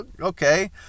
okay